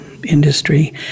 industry